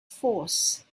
force